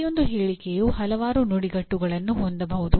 ಪ್ರತಿಯೊಂದು ಹೇಳಿಕೆಯು ಹಲವಾರು ನುಡಿಗಟ್ಟುಗಳನ್ನು ಹೊಂದಬಹುದು